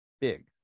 big